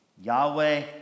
Yahweh